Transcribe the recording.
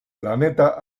planeta